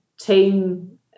team